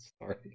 Sorry